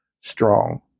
strong